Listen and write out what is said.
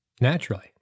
naturally